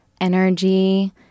energy